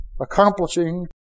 accomplishing